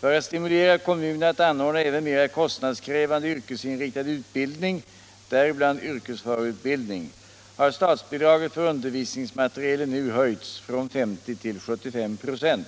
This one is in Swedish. För att stimulera kommunerna att anordna även mera kostnadskrävande yrkesinriktad utbildning — däribland yrkesförarutbildning — har statsbidraget för undervisningsmaterielen nu höjts från 50 till 75 926.